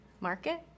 market